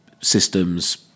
systems